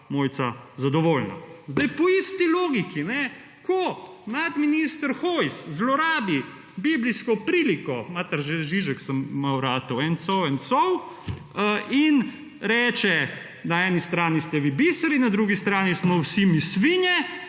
Mojca zadovoljna. Zdaj po isti logiki, ko nadminister Hojs zlorabi biblijsko priliko, mater, že Žižek sem malo postal, »and so and so« in reče, na eni strani ste vi biserji, na drugi strani smo vsi mi svinje,